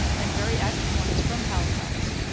and very active ones, from halifax.